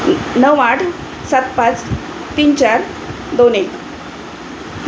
नऊ आठ सात पाच तीन चार दोन एक